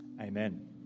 Amen